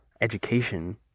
education